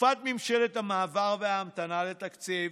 "בתקופת ממשלת המעבר וההמתנה לתקציב.